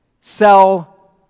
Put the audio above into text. Sell